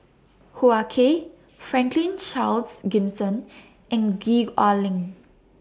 Hoo Ah Kay Franklin Charles Gimson and Gwee Ah Leng